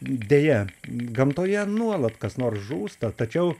deja gamtoje nuolat kas nors žūsta tačiau